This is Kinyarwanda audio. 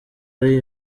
ari